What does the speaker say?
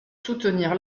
soutenir